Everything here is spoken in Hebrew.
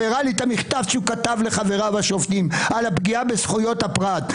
הראה את המכתב שכתב לחבריו השופטים על הפגיעה בזכויות הפרט.